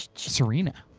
serena.